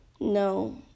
No